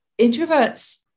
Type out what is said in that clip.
introverts